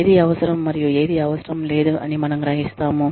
ఏది అవసరం మరియు ఏది అవసరం లేదు అని మనం గ్రహిస్థాము